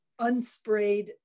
unsprayed